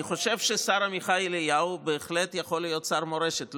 אני חושב שהשר עמיחי אליהו בהחלט יכול להיות שר מורשת.